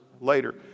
later